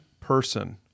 person